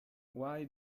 why